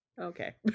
Okay